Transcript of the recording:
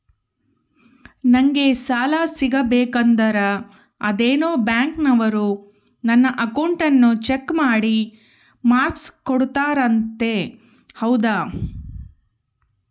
ನಂಗೆ ಸಾಲ ಸಿಗಬೇಕಂದರ ಅದೇನೋ ಬ್ಯಾಂಕನವರು ನನ್ನ ಅಕೌಂಟನ್ನ ಚೆಕ್ ಮಾಡಿ ಮಾರ್ಕ್ಸ್ ಕೋಡ್ತಾರಂತೆ ಹೌದಾ?